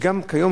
שגם כיום,